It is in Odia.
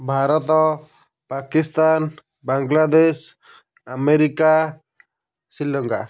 ଭାରତ ପାକିସ୍ତାନ ବାଂଲାଦେଶ ଆମେରିକା ଶ୍ରୀଲଙ୍କା